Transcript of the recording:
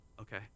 Okay